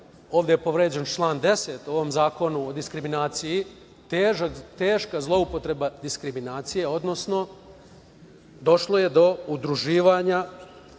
ovde je povređen član 10. u ovom Zakonu o diskriminaciji - teška zloupotreba diskriminacije, odnosno došlo je do udruživanja